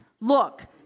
Look